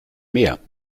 mehr